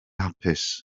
hapus